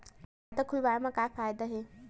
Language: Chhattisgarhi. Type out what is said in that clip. खाता खोलवाए मा का फायदा हे